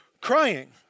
crying